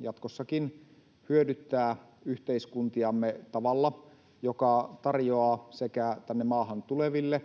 jatkossakin hyödyttää yhteiskuntaamme tavalla, joka tarjoaa tänne maahan tuleville